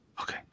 Okay